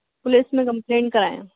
police में complaint कया